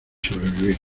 sobrevivir